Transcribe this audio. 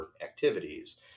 activities